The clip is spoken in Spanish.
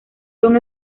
son